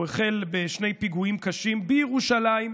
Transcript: הוא החל בשני פיגועים קשים בירושלים,